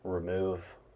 remove